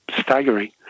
staggering